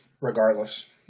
regardless